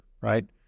right